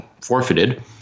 forfeited